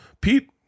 Pete